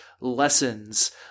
lessons